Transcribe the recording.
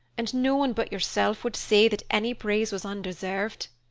and no one but yourself would say that any praise was undeserved,